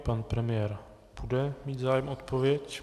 Pan premiér bude mít zájem o odpověď.